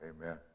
Amen